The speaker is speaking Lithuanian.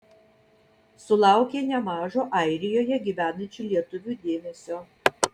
sulaukė nemažo airijoje gyvenančių lietuvių dėmesio